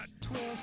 Twist